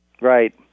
Right